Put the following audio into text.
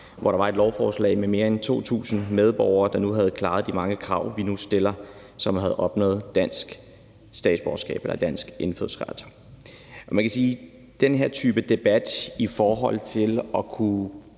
hvor der var et lovforslag med mere end 2.000 medborgere, der nu havde klaret de mange krav, som vi nu stiller, og som havde opnået dansk indfødsret. Man kan jo sige, at den her type debatter, der drejer